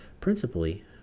principally